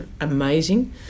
amazing